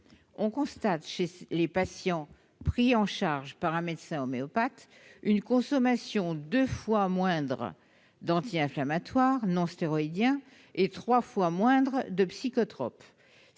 On constate, chez les patients pris en charge par un médecin homéopathe, une consommation deux fois moindre d'anti-inflammatoires non stéroïdiens et trois fois moindre de psychotropes.